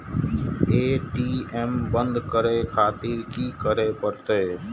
ATM बंद करें खातिर की करें परतें?